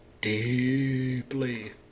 deeply